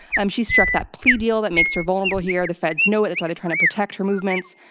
um she struck that plea deal, that makes her vulnerable here. the feds know it that's why they're trying to protect her movements.